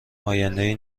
آیندهای